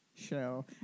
show